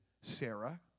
Sarah